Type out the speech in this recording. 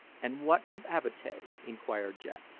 and what of avatea? inquired jack.